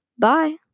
bye